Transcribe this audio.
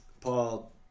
Paul